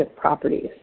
properties